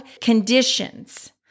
conditions